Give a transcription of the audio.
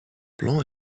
blanc